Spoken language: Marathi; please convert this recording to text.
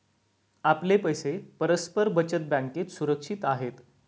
आपले पैसे परस्पर बचत बँकेत सुरक्षित आहेत